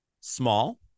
small